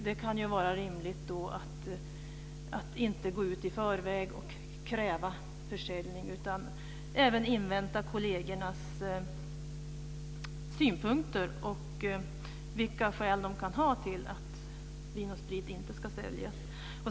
Det kan då vara rimligt att inte gå ut i förväg och kräva försäljning utan invänta kollegernas synpunkter och höra vilka skäl de kan ha till att Vin & Sprit inte ska säljas.